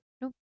Nope